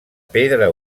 pedra